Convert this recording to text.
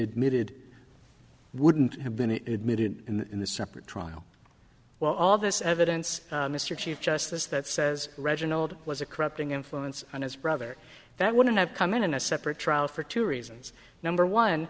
admitted wouldn't have been admitted in the separate trial while all this evidence mr chief justice that says reginald was a corrupting influence on his brother that wouldn't have come in in a separate trial for two reasons number one